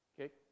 Okay